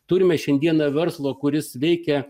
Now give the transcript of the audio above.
turime šiandieną verslą kuris veikia